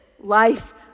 life